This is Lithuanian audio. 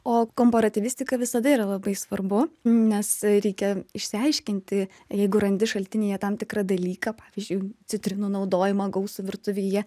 o komparatyvistika visada yra labai svarbu nes reikia išsiaiškinti jeigu randi šaltinyje tam tikrą dalyką pavyzdžiui citrinų naudojimą gausų virtuvėje